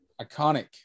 Iconic